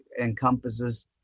encompasses